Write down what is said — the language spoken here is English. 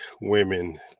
women